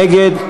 נגד,